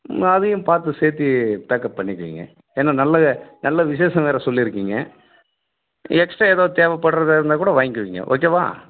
ம் அதையும் பார்த்து சேத்து பேக்அப் பண்ணிக்குவிங்க ஏன்னா நல்ல நல்ல விசேஷம்னு வேறு சொல்லியிருக்கிங்க எக்ஸ்ட்டா ஏதாவது தேவைப்பட்றதா இருந்தால் கூட வாங்க்குவிங்க ஓகேவா